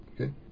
okay